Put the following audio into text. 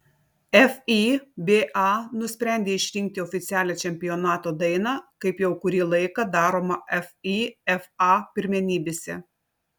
fiba nusprendė išrinkti oficialią čempionato dainą kaip jau kurį laiką daroma fifa pirmenybėse